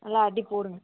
நல்லா அடி போடுங்கள்